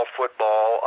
football